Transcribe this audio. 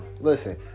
Listen